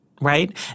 right